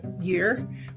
year